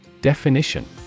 Definition